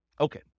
Okay